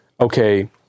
okay